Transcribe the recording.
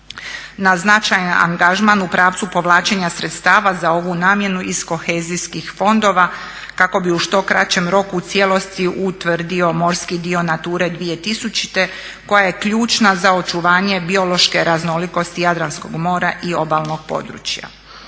na značajan angažman u pravcu povlačenja sredstava za ovu namjenu iz kohezijskih fondova kako bi u što kraćem roku u cijelosti utvrdio morski dio Nature 2000 koja je ključna za očuvanje biološke raznolikosti Jadranskog mora i obalnog područja.